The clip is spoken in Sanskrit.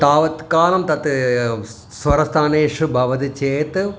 तावत् कालं तत् स्वरस्थानेषु भवति चेत्